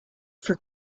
for